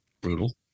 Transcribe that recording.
brutal